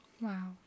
Wow